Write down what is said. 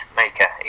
maker